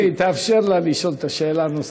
אדוני, תאפשר לה לשאול את השאלה הנוספת.